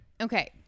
Okay